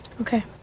Okay